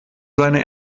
seine